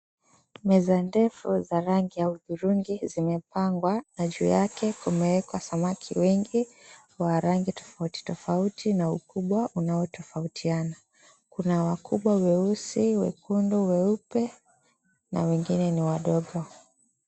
Meza ndefu za rangi ya hudhurungi zimepangwa na juu yake kumewekwa samaki wengi wa rangi tofauti tofauti na ukubwa unaotofautiana. Kuna wakubwa weusi, wekendu weupe na wengine ni wadogo.